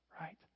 Right